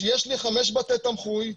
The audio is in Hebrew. שיש לי חמש בתי תמחוי,